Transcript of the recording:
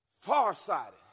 Farsighted